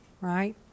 right